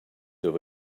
over